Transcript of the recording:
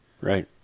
Right